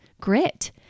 grit